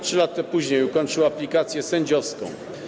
3 lata później ukończył aplikację sędziowską.